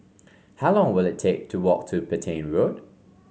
how long will it take to walk to Petain Road